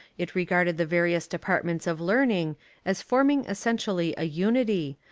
it regarded the various departments of learning as forming essentially a unity,